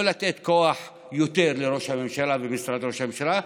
לא לתת כוח יותר לראש הממשלה ומשרד ראש הממשלה,